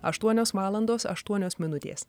aštuonios valandos aštuonios minutės